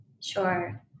Sure